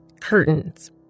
curtains